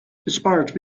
inspired